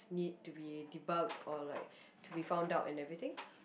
need to be debugged or like to be found out and everything